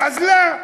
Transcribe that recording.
אזלה,